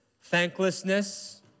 thanklessness